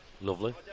Lovely